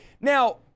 now